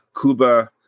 Cuba